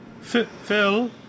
Phil